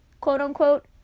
quote-unquote